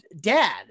dad